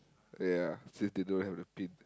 ya since they don't have the pin